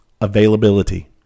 availability